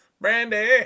Brandy